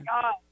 God